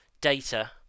data